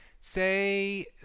say